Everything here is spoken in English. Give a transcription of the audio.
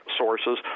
sources